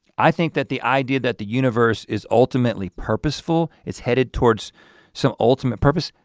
i think that the idea that the universe is ultimately purposeful, it's headed towards some ultimate purpose,